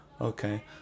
okay